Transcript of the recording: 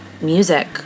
music